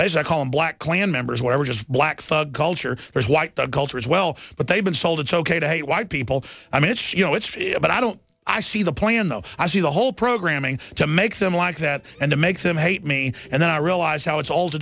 as i call him black klan members whatever just black thug culture there's white that culture as well but they've been told it's ok to hate white people i mean it's you know it's but i don't i see the plan though i see the whole programming to make them like that and to make them hate me and then i realize how it's all to